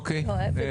אוקיי.